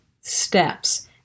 steps